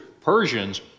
Persians